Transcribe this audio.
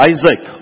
Isaac